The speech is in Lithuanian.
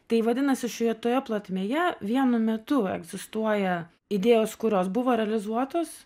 tai vadinasi šioje toje plotmėje vienu metu egzistuoja idėjos kurios buvo realizuotos